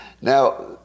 Now